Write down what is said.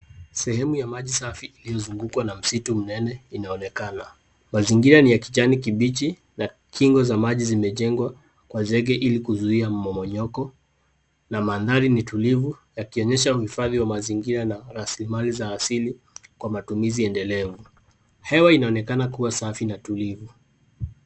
Sehemu ya maji safi iliyozungukwa na msitu mnene inaonekana. Mazingira ni ya kijani kibichi na kingo za maji zimejengwa kwa zege ili kuzuia mmomonyoko na mandhari ni tulivu, yakionyesha uhifadhi wa mazingira na rasilimali za asili kwa matumizi endelevu. Hewa inaonekana kuwa safi na tulivu.